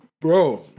Bro